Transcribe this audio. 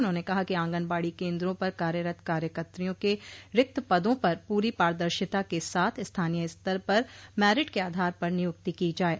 उन्होंने कहा कि आंगनबाड़ी केन्द्रों पर कार्यरत कार्यकत्रियों के रिक्त पदों पर पूरी पारदर्शिता के साथ स्थानीय स्तर पर मैरिट के आधार पर नियुक्ति की जाये